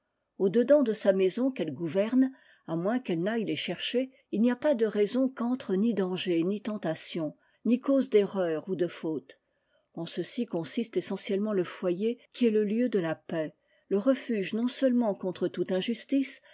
au dedans de sa maison qu'elle gouverne à moins qu'elle n'aille les chercher il n'y a pas de raison qu'entre ni danger ni tentation ni cause d'erreur ou de faute en ceci consiste essentiellement le foyer qu'il est le lieu de la paix le refuge non seulement contre toute injustice